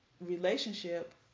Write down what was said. relationship